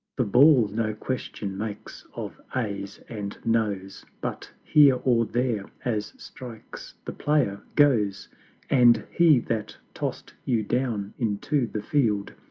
the ball no question makes of ayes and noes, but here or there as strikes the player goes and he that toss'd you down into the field,